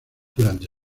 durante